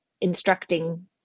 instructing